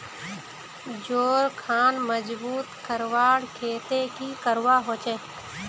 जोड़ खान मजबूत करवार केते की करवा होचए?